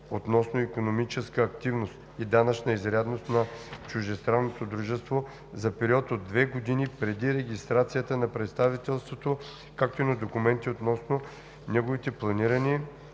относно икономическа активност и данъчна изрядност на чуждестранното дружество за период от две години преди регистрацията на представителството, както и на документи относно неговите планирани